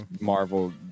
Marvel